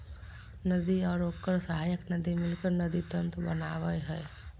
नदी और ओकर सहायक नदी मिलकर नदी तंत्र बनावय हइ